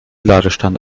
ladestand